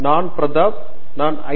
நான் பிரதாப் நான் ஐ